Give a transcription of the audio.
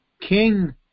king